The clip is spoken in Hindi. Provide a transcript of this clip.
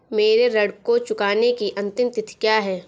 मेरे ऋण को चुकाने की अंतिम तिथि क्या है?